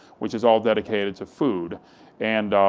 which is all dedicated to food and